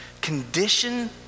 condition